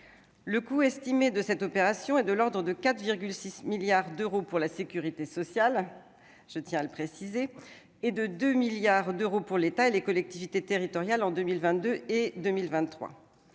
Le coût estimé de cette opération est de l'ordre de 4,6 milliards d'euros pour la sécurité sociale- je tiens à le préciser -et de 2 milliards d'euros pour l'État et les collectivités territoriales en 2022 et en 2023.